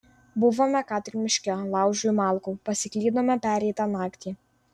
buvome ką tik miške laužui malkų pasiklydome pereitą naktį